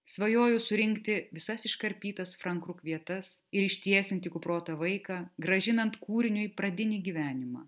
svajoju surinkti visas iškarpytas frank kruk vietas ir ištiesinti kuprotą vaiką grąžinant kūriniui pradinį gyvenimą